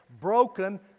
broken